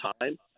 time